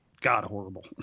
god-horrible